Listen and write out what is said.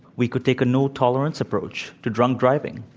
we could take a no-tolerance approach to drunk driving,